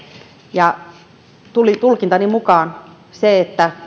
ja tulkintani mukaan esimerkiksi se että